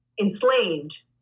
enslaved